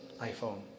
iPhone